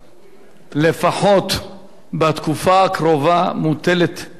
לפחות בתקופה הקרובה, מוטלת בספק.